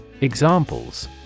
Examples